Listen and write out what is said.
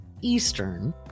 Eastern